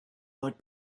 but